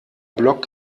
block